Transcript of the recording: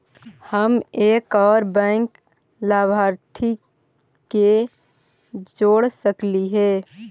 हम एक और बैंक लाभार्थी के जोड़ सकली हे?